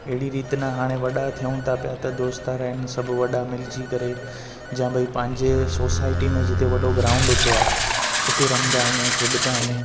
अहिड़ी रीति न हाणे वॾा थियूं था पिया त दोस्तार आहिनि सभु वॾा मिलिजी करे जां भाई पंहिंजे सोसाइटी में हिकु वॾो ग्राऊंड हूंदो आहे उते रमदा आहियूं खेॾंदा आहियूं